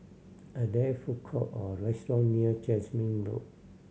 are there food court or restaurant near Jasmine Road